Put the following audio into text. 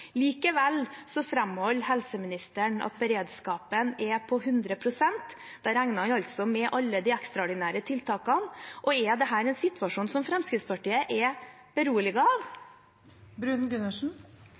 Likevel framholder helseministeren at beredskapen er 100 pst. Da regner han altså med alle de ekstraordinære tiltakene. Er dette en situasjon som Fremskrittspartiet er